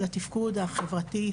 על התפקוד החברתי,